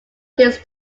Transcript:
this